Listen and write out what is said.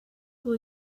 will